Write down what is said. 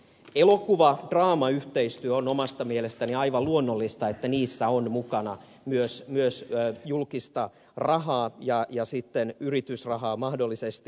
elokuvadraama yhteistyössä on omasta mielestäni aivan luonnollista että siinä on mukana myös julkista rahaa ja sitten yritysrahaa mahdollisesti